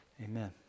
Amen